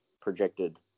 projected